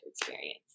experience